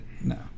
no